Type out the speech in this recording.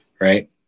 right